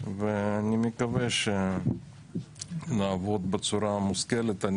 ואני מקווה שנעבוד בצורה מושכלת.